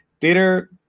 Theater